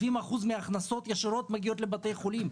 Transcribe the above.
70% מההכנסות ישירות מגיעות לבתי החולים.